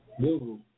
Google